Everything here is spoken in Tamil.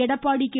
எடப்பாடி கே